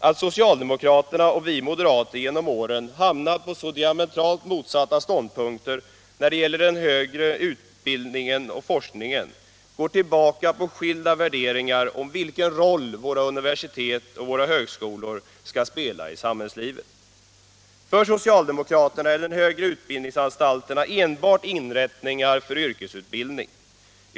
Att socialdemokraterna och vi moderater genom åren hamnat på så diametralt motsatta ståndpunkter när det gäller den högre utbildningen och forskningen går tillbaka på skilda värderingar om vilken roll våra universitet och högskolor skall spela i samhällslivet. För socialdemokraterna är de högre utbildningsanstalterna enbart inrättningar för yrkesutbildning.